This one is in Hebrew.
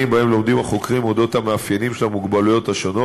על אודות המאפיינים של המוגבלויות השונות,